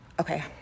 Okay